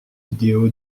vidéo